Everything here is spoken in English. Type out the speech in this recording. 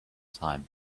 time